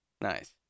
nice